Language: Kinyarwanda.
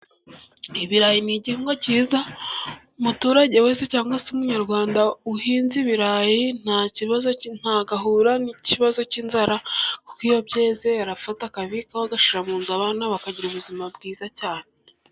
Ibirayi ni igihingwa cyiza, umuturage wese cyangwa se Umunyarwanda uhinze ibirayi ntabwo ahura n'ikibazo cy'inzara, kuko iyo byeze arafata akabikaho agashyira mu nzu, abana bakagira ubuzima bwiza cyane.